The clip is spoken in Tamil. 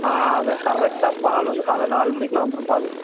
ஆ அது கரெக்டாக பால் வந்து காலையில் நாலு மணிக்கெலாம் வந்துடும் பால்